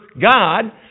God